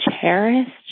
cherished